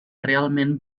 realment